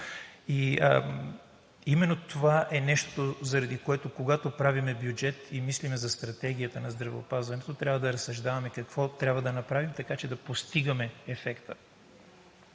Именно това е нещо, заради което, когато правим бюджет и мислим за стратегията на здравеопазването, трябва да разсъждаваме какво трябва да направим, така че да постигаме ефекта.